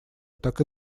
так